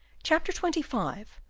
chapter twenty five.